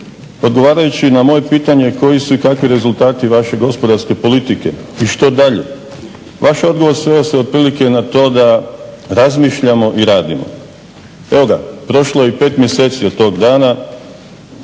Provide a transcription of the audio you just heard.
odgovarajući na moje pitanje koji su i kakvi rezultati vaše gospodarske politike i što dalje vaš odgovor sveo se otprilike na to da razmišljamo i radimo. Evo ga, prošlo je i 5 mjeseci od tog dana.